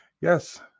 Yes